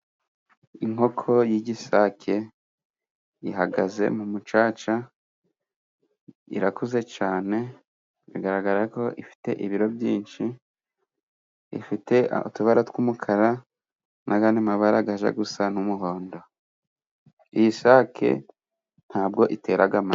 Inkoko y'igisake ihagaze mu mucaca. Irakuze cyane bigaragara ko ifite ibiro byinshi. Ifite utubara tw'umukara n'ayandi mabara ajya gusa n'umuhondo. Iyi sake ntabwo itera amagi.